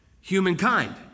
humankind